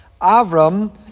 Avram